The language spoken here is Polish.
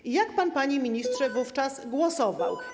I jak pan, panie ministrze wówczas głosował?